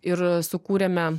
ir sukūrėme